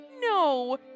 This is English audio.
no